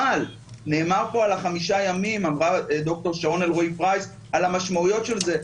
אבל ד"ר שרון אלרעי-פרייס דיברה על המשמעויות של חמישה ימים.